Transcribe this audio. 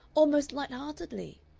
almost light-heartedly.